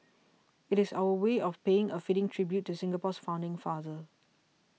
it is our way of paying a fitting tribute to Singapore's founding father